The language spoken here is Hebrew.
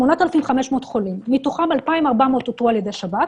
8,500 חולים, מתוכם 2,400 אותרו על ידי השב"כ,